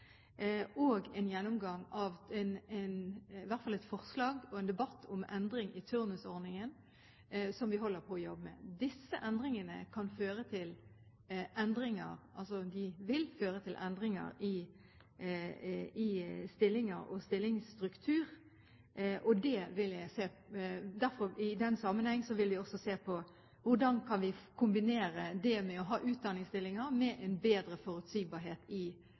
og en gjennomgang – i hvert fall et forslag og en debatt – om endring i turnusordningen. Dette vil føre til endringer i stillinger og stillingsstruktur, og i den sammenheng vil vi også se på hvordan vi kan kombinere det å ha utdanningsstillinger med en bedre forutsigbarhet. Det er mange grunner til at det blir mye midlertidighet. Jeg skal ikke forsvare midlertidigheten, men jeg vil bare si hvorfor det er slik. Når man er i